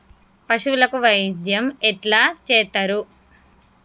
పశువులకు వైద్యం ఎట్లా చేత్తరు?